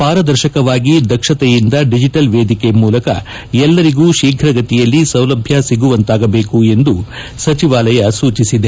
ಪಾರದರ್ಶಕವಾಗಿ ದಕ್ಷತೆಯಿಂದ ಡಿಜಿಟಲ್ ವೇದಿಕೆ ಮೂಲಕ ಎಲ್ಲರಿಗೂ ಶೀಘಗತಿಯಲ್ಲಿ ಸೌಲಭ್ಹ ಸಿಗುವಂತಾಗಬೇಕು ಎಂದು ಸಚವಾಲಯ ಸೂಚಿಸಿದೆ